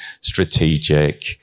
strategic